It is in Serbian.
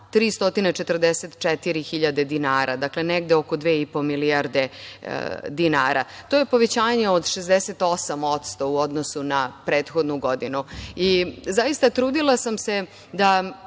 344 hiljade dinara, dakle, negde oko dve i po milijarde dinara. To je povećanje od 68% u odnosu na prethodnu godinu. Trudila sam se da